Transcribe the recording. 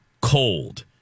cold